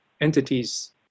entities